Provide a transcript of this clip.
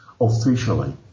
officially